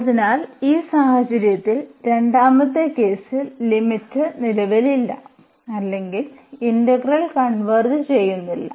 അതിനാൽ ഈ സാഹചര്യത്തിൽ രണ്ടാമത്തെ കേസിൽ ലിമിറ്റ് നിലവിലില്ല അല്ലെങ്കിൽ ഇന്റഗ്രൽ കൺവേർജ് ചെയ്യുന്നില്ല